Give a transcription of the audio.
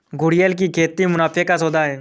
घड़ियाल की खेती मुनाफे का सौदा है